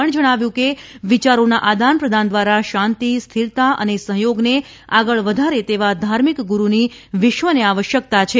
શ્રી નાયડુએ જણાવ્યું કે વિયારોના આદાન પ્રદાન દ્વારા શાંતિ સ્થિરતા અને સહયોગને આગળ વધારે તેવા ધાર્મિક ગૂરૂની વિશ્વને આવશ્યકતા છે